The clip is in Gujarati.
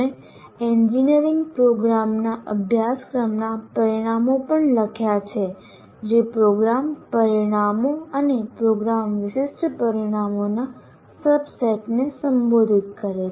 આપણે એન્જિનિયરિંગપ્રોગ્રામના અભ્યાસક્રમના પરિણામો પણ લખ્યા છે જે પ્રોગ્રામ પરિણામો અને પ્રોગ્રામ વિશિષ્ટ પરિણામોના સબસેટને સંબોધિત કરે છે